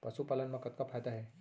पशुपालन मा कतना फायदा हे?